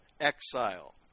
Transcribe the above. exile